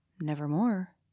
nevermore